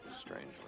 strangely